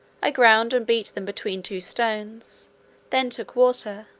i ground and beat them between two stones then took water,